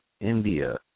India